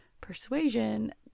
persuasion